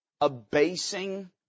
abasing